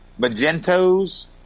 Magentos